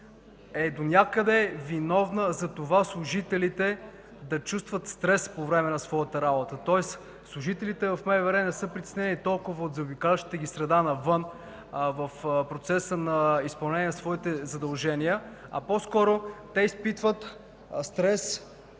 донякъде е виновна служителите да чувстват стрес по време на своята работа, тоест служителите в МВР не са притеснени толкова от заобикалящата ги среда навън в процеса на изпълнение на своите задължения, а по-скоро те изпитват стрес